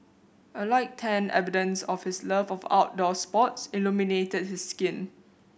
a light tan evidence of his love of outdoor sports illuminated his skin